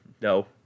No